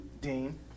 Dean